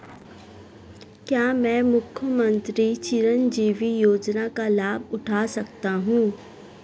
क्या मैं मुख्यमंत्री चिरंजीवी योजना का लाभ उठा सकता हूं?